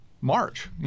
March